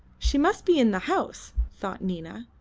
she must be in the house, thought nina,